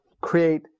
create